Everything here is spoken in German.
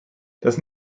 das